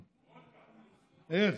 איך?